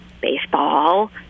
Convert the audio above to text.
Baseball